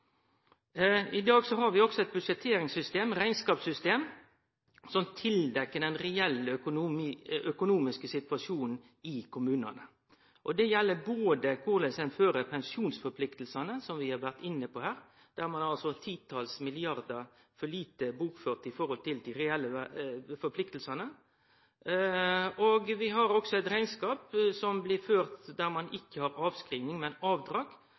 I dag har vi eit budsjetteringssystem, rekneskapssystem, som dekkjer til den reelle økonomiske situasjonen i kommunane. Det gjeld korleis ein fører pensjonspliktene som vi har vore inne på her – ein har altså titals milliardar for lite bokført i forhold til dei reelle pliktene. Vi har òg ein rekneskap som blir ført der ein ikkje har avskriving, men avdrag.